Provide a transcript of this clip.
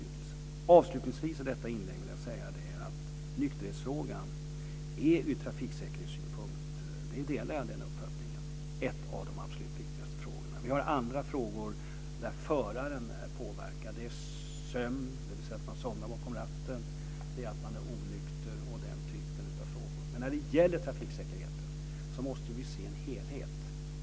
Jag vill avslutningsvis säga att jag delar den uppfattningen att nykterhetsfrågan ur trafiksäkerhetssynpunkt är en av de viktigaste frågorna. Vi har andra faktorer som påverkar föraren. Det finns förare som somnar bakom ratten och motsvarande typ av frågor. När det gäller trafiksäkerheten måste vi se till helheten.